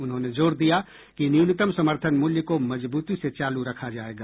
उन्होंने जोर दिया कि न्यूनतम समर्थन मूल्य को मजबूती से चालू रखा जायेगा